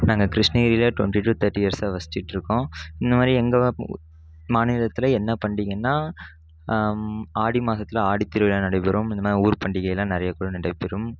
நாங்கள் கிருஷ்ணகிரியில் twenty to thirty இயர்ஸ்சாக வசிச்சுட்ருக்கோம் இந்த மாதிரி எங்கள் மாநிலத்தில் என்ன பண்டிகைனால் ஆடி மாதத்துல ஆடி திருவிழா நடைபெறும் இந்த மாதிரி ஊர் பண்டிகையெலாம் நிறைய குழுவில் நடைபெறும்